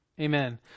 Amen